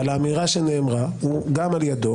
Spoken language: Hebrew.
אבל האמירה שנאמרה גם על ידו,